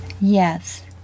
Yes